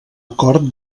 acord